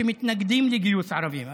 שמתנגדים לגיוס ערבים.